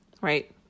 right